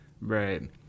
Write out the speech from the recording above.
Right